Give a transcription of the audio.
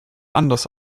anders